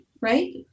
right